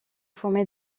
formé